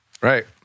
right